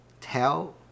tell